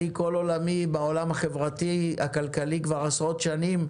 אני כל עולמי בעולם החברתי הכלכלי כבר עשרות שנים,